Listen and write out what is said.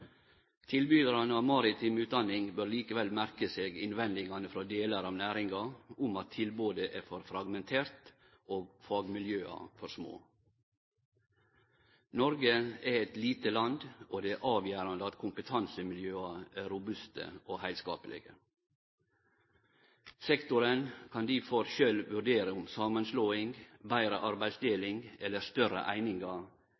Tilbydarane av maritim utdaning bør likevel merke seg innvendingane frå delar av næringa om at tilbodet er for fragmentert og fagmiljøa for små. Noreg er eit lite land, og det er avgjerande at kompetansemiljøa er robuste og heilskaplege. Sektoren kan difor sjølv vurdere om samanslåing, betre